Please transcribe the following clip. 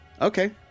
Okay